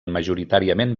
majoritàriament